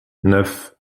neuf